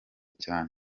cyane